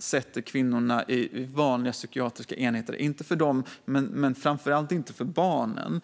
sätta kvinnorna i vanliga psykiatriska enheter - inte för dem, men framför allt inte för barnen.